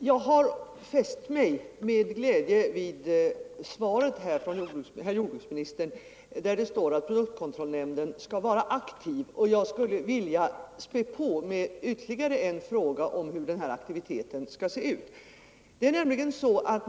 Herr talman! Jag har med glädje fäst mig vid vad som står i jordbruksministerns svar om att produktkontrollnämnden skall vara aktiv. Jag vill nu späda på med ytterligare en fråga, nämligen vad denna aktivitet skall ta sig för uttryck.